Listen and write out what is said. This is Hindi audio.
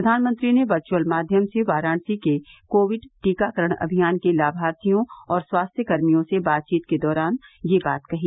प्रधानमंत्री ने वचुर्थल माध्यम से वाराणसी के कोविड टीकाकरण अभियान के लाभार्थियों और स्वास्थ्य कर्मियों से बातचीत के दौरान यह बात कही